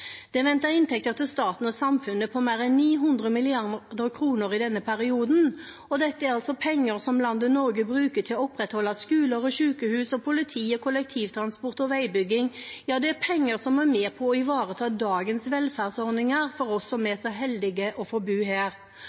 Det er ventet inntekter til staten og samfunnet på mer enn 900 mrd. kr i denne perioden, og dette er penger som landet Norge bruker til å opprettholde skoler, sykehus, politi, kollektivtransport og veibygging. Ja, dette er penger som er med på å ivareta dagens velferdsordninger for oss som er så heldige å få bo her.